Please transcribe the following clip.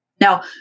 Now